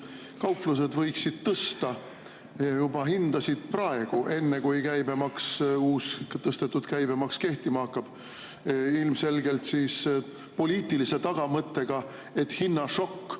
kauplused võiksid tõsta hindasid juba praegu, enne kui uus, tõstetud käibemaks kehtima hakkab. Ilmselgelt siis poliitilise tagamõttega, et hinnašokk